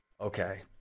Okay